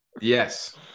yes